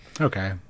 Okay